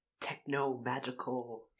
techno-magical